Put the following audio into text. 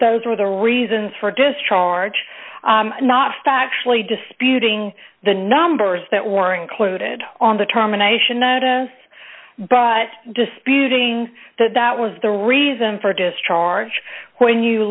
those were the reasons for discharge not factually disputing the numbers that were included on determination notice but disputing that that was the reason for discharge when you